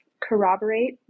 corroborate